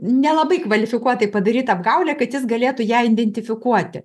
nelabai kvalifikuotai padaryta apgaulė kad jis galėtų ją identifikuoti